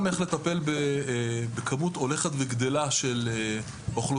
אבל גם איך לטפל בכמות הולכת וגדלה של אוכלוסייה,